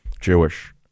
Jewish